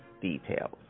details